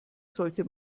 sollte